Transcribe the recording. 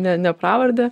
ne ne pravarde